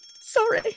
sorry